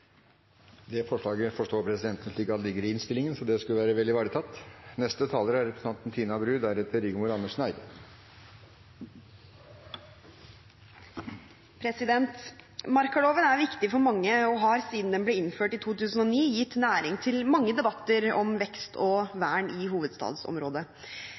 bak forslaget til vedtak der vi ber om at regjeringen legger fram en sak om dette i Stortinget. Markaloven er viktig for mange og har siden den ble innført i 2009, gitt næring til mange debatter om vekst og